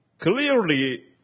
Clearly